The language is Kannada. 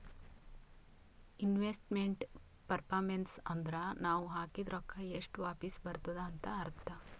ಇನ್ವೆಸ್ಟ್ಮೆಂಟ್ ಪರ್ಫಾರ್ಮೆನ್ಸ್ ಅಂದುರ್ ನಾವ್ ಹಾಕಿದ್ ರೊಕ್ಕಾ ಎಷ್ಟ ವಾಪಿಸ್ ಬರ್ತುದ್ ಅಂತ್ ಅರ್ಥಾ